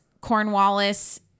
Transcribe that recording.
Cornwallis